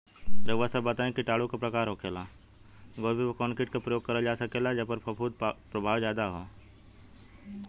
रउआ सभ बताई किटाणु क प्रकार के होखेला?